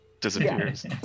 disappears